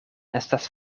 estas